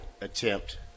attempt